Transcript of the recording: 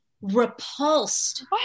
repulsed